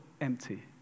empty